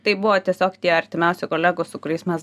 tai buvo tiesiog tie artimiausi kolegos su kuriais mes